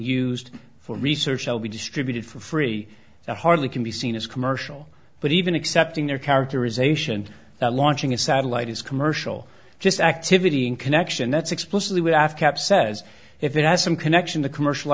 used for research shall be distributed for free and hardly can be seen as commercial but even accepting their characterization that launching a satellite is commercial just activity in connection that's explicitly after says if it has some connection the commercial